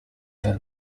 then